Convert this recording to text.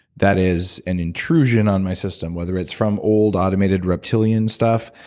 that is an intrusion on my system whether it's from old automated reptilian stuff,